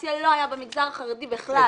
אנימציה לא הייתה במגזר החרדי בכלל.